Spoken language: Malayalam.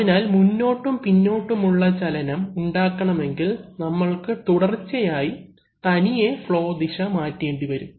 അതിനാൽ മുന്നോട്ടും പിന്നോട്ടുമുള്ള ചലനം ഉണ്ടാകണമെങ്കിൽ നമ്മൾക്ക് തുടർച്ചയായി തനിയെ ഫ്ളോ ദിശ മാറ്റേണ്ടിവരും